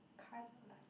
kind